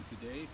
today